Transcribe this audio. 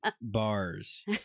bars